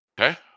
Okay